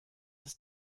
ist